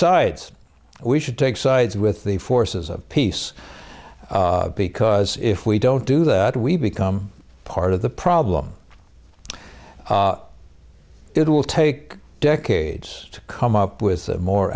sides we should take sides with the forces of peace because if we don't do that we become part of the problem it will take decades to come up with a more